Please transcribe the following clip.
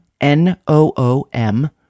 N-O-O-M